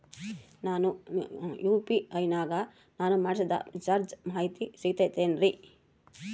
UPI ನಾಗ ನಾನು ಮಾಡಿಸಿದ ರಿಚಾರ್ಜ್ ಮಾಹಿತಿ ಸಿಗುತೈತೇನ್ರಿ?